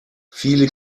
viele